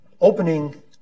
opening